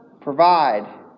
provide